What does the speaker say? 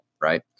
right